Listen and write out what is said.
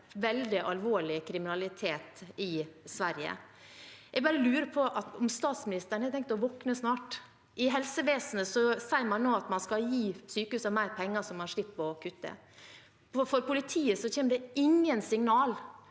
veldig alvorlig kriminalitet i Sverige. Jeg bare lurer på om statsministeren har tenkt til å våkne snart. I helsevesenet sier man nå at man skal gi sykehusene mer penger, så man slipper å kutte. For politiet kommer det ingen signal,